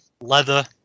leather